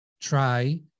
try